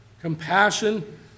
compassion